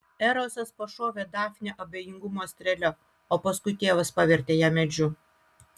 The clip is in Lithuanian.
erosas pašovė dafnę abejingumo strėle o paskui tėvas pavertė ją medžiu